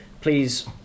please